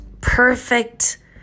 perfect